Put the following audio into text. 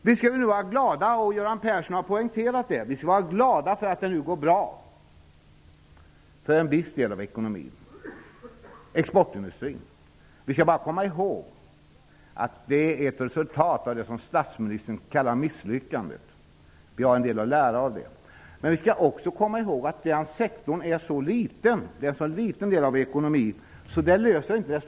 Vi skall vara glada över att det nu går bra -- Göran Persson har också poängterat det -- när det gäller en viss del av ekonomin, nämligen exportindustrin. Men vi skall komma ihåg att det är resultatet av vad statsministern kallar för misslyckandet. Vi har en del att lära av det. Men vi skall också komma ihåg att det gäller en så liten del av ekonomin att det stora problemet inte löses.